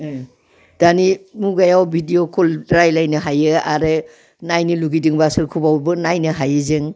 दानि मुगायाव भिडिअ कल रायज्लायनो हायो आरो नायनो लुगैदोंब्ला सोरखौब्लाबो नायनो हायो जों